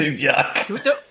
Yuck